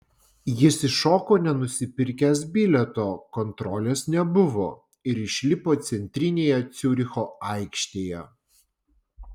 jis įšoko nenusipirkęs bilieto kontrolės nebuvo ir išlipo centrinėje ciuricho aikštėje